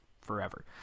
forever